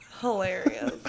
hilarious